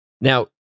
Now